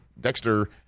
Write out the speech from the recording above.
Dexter